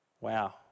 Wow